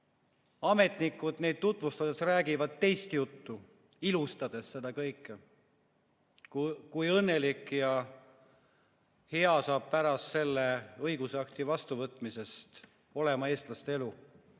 ametnikud neid tutvustades räägivad teist juttu, ilustades seda kõike, kui õnnelik ja hea saab pärast selle õigusakti vastuvõtmist olema eestlaste elu.